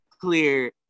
clear